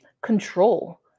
control